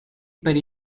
per